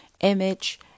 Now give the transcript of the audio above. image